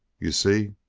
you see?